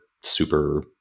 super